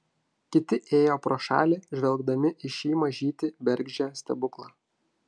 kiti ėjo pro šalį žvelgdami į šį mažytį bergždžią stebuklą